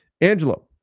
Angelo